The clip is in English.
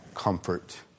comfort